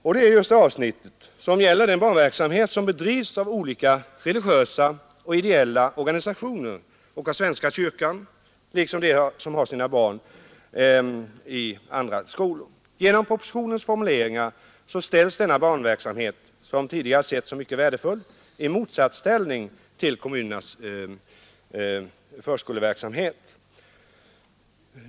Det gäller just avsnittet beträffande den barnverksamhet som bedrivs av olika religiösa och ideella organisationer och av svenska kyrkan liksom i vissa skolor. Genom propositionens formuleringar ställs denna barnverksamhet, som tidigare ansetts mycket värdefull, i motsatsställning till kommunernas förskoleverksamhet.